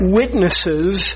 witnesses